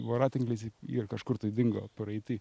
voratinkliais ir kažkur tai dingo praeity